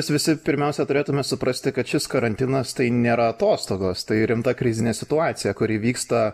mes visi pirmiausia turėtume suprasti kad šis karantinas tai nėra atostogos tai rimta krizinė situacija kuri vyksta